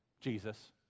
Jesus